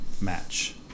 match